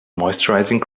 moisturising